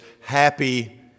Happy